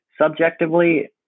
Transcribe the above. Subjectively